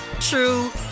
true